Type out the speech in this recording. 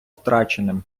втраченим